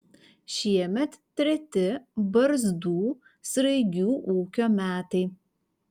šiemet treti barzdų sraigių ūkio metai